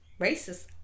racist